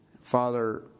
Father